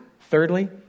Thirdly